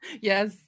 Yes